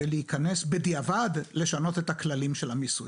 להיכנס בדיעבד לשנות את הכללים של המיסוי.